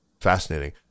Fascinating